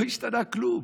לא השתנה כלום,